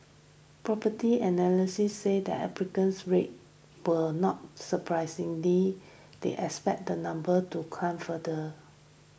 Property Analysts said the applicant rates were not surprising they expected the numbers to climb further